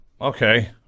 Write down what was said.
Okay